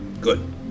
Good